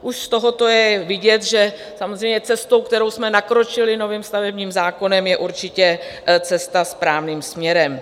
Už z tohoto je vidět, že samozřejmě cesta, kterou jsme nakročili novým stavebním zákonem, je určitě cesta správným směrem.